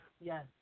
Yes